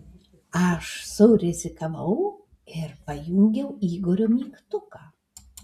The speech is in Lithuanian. aš surizikavau ir pajungiau igorio mygtuką